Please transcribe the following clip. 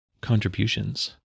contributions